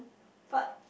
but